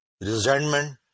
resentment